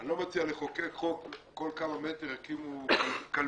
אני לא מציע לחוקק חוק שכל כמה מטר יקימו כלביה.